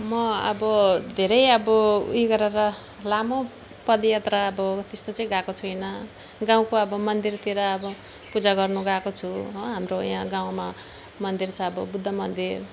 म अब धेरै अब ऊ यो गरेर लामो पदयात्रा अब त्यस्तो चाहिँ गएको छुइनँ गाउँको अब मन्दिरतिर अब पूजा गर्नु गएको छु हो हाम्रो यहाँ गाउँमा मन्दिर छ अब बुद्ध मन्दिर